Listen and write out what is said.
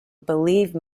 believe